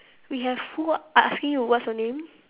we have who I asking you what's your name